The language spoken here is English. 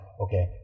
okay